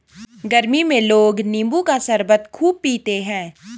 गरमी में लोग नींबू का शरबत खूब पीते है